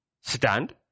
stand